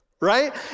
right